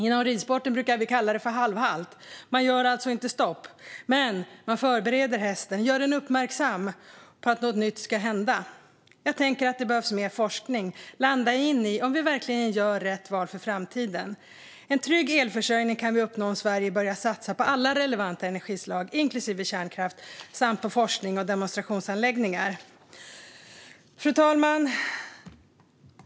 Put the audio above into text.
Inom ridsporten brukar vi kalla detta för halvhalt. Det är alltså inte ett stopp, men man förbereder hästen och gör den uppmärksam på att något nytt ska hända. Jag tänker att det behövs mer forskning för att landa i om vi verkligen gör rätt val för framtiden. En trygg elförsörjning kan vi uppnå om Sverige börjar satsa på alla relevanta energislag, inklusive kärnkraft, samt på forsknings och demonstrationsanläggningar. Fru talman!